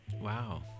Wow